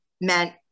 meant